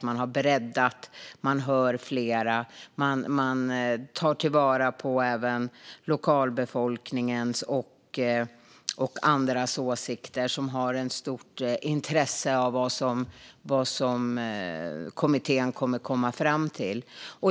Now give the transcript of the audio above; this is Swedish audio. Man har breddat, man hör fler och man tar till vara även åsikterna hos lokalbefolkningen och andra som har ett stort intresse av vad kommittén kommer att komma fram till.